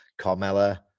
Carmella